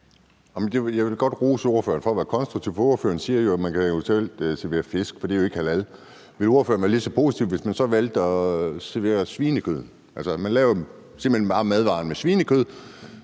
Jeg vil godt rose ordføreren for at være konstruktiv, for ordføreren siger, at man eventuelt kan servere fisk, for det er jo ikke halal. Vil ordføreren være lige så positiv, hvis man så valgte at servere svinekød, altså at man simpelt hen bare lavede madvaren med svinekød,